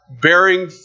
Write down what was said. bearing